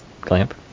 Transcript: Clamp